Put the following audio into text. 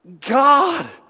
God